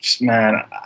Man